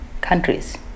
countries